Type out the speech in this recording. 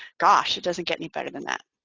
gosh it doesn't get any better than that.